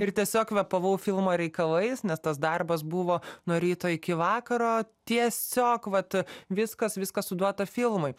ir tiesiog kvėpavau filmo reikalais nes tas darbas buvo nuo ryto iki vakaro tiesiog vat viskas viskas suduota filmui